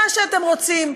מה שאתם רוצים.